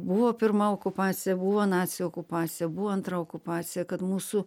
buvo pirma okupacija buvo nacių okupacija buvo antra okupacija kad mūsų